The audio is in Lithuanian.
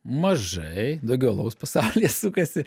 mažai daugiau alaus pasaulyje sukasi